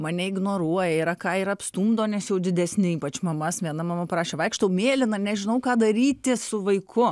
mane ignoruoja yra ką ir apstumdo nes jau didesni ypač mamas viena mama parašė vaikštau mėlyna nežinau ką daryti su vaiku